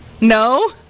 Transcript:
No